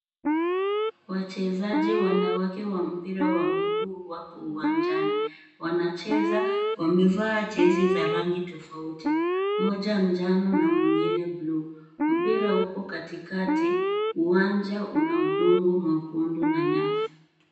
Wachezaji wanawake wa mpira wa miguu wako uwanjani wanacheza . Wamevaa jezi za rangi tofauti mmoja njano na mwingine bluu. Mpira uko katikati uwanja una udongo mwekundu na nyasi.